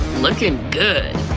lookin' good.